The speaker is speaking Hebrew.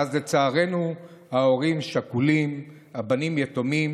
ואז לצערנו ההורים שכולים, הבנים יתומים,